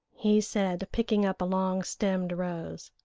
he said, picking up a long-stemmed rose,